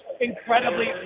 incredibly